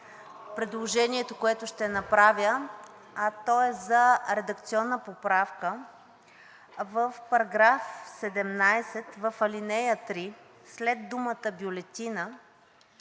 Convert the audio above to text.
предложението, което ще направя, а то е за редакционна поправка в § 17 – в ал. 3 след думата „бюлетина“